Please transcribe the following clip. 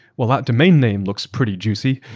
well, that domain name looks pretty juicy.